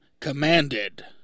commanded